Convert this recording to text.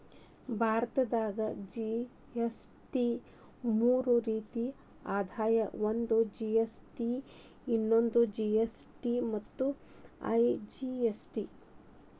ಭಾರತದಾಗ ಜಿ.ಎಸ್.ಟಿ ಮೂರ ರೇತಿ ಅದಾವ ಒಂದು ಸಿ.ಜಿ.ಎಸ್.ಟಿ ಇನ್ನೊಂದು ಎಸ್.ಜಿ.ಎಸ್.ಟಿ ಮತ್ತ ಐ.ಜಿ.ಎಸ್.ಟಿ